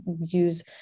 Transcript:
use